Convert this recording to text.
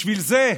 בשביל זה,